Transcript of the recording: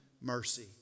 mercy